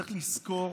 צריך לזכור